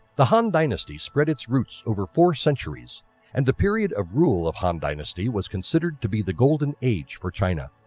the han dynasty spread its roots over four centuries and the period of rule of han dynasty was considered to be the golden age for china.